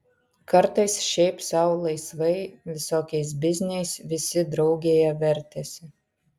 kartais šiaip sau laisvai visokiais bizniais visi draugėje vertėsi